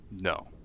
No